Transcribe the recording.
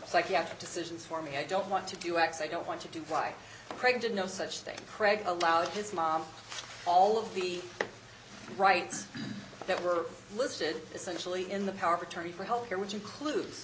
psychiatric decisions for me i don't want to do x i don't want to do why craig did no such thing craig allowed his mom all of the rights that were listed essentially in the power of attorney for health care which includes